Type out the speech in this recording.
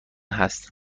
هست